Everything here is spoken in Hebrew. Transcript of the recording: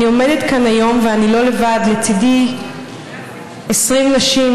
אני עומדת כאן היום ואני לא לבד: לצידי 20 נשים,